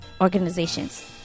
organizations